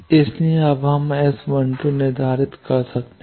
इसलिए अब हम S 12 निर्धारित कर सकते हैं